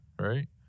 right